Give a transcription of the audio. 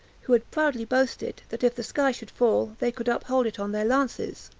who had proudly boasted, that if the sky should fall, they could uphold it on their lances.